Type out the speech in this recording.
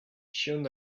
ĉion